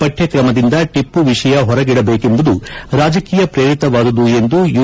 ಪಕ್ಷಕ್ರಮದಿಂದ ಟಪ್ಪು ವಿಷಯ ಹೊರಗಿಡಬೇಕೆಂಬುದು ರಾಜಕೀಯ ಪ್ರೇರಿತವಾದುದು ಎಂದು ಯು